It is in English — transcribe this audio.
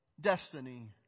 destiny